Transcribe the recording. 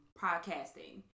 podcasting